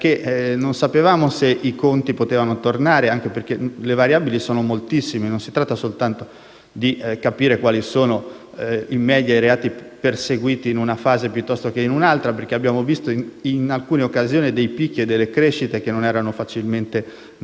anche perché le variabili sono moltissime. Non si tratta soltanto di capire quali sono in media i reati perseguiti in una fase piuttosto che in un'altra; abbiamo visto in alcune occasioni picchi e crescite non facilmente prevedibili